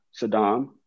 Saddam